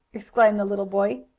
exclaimed the little boy.